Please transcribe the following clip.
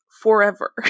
forever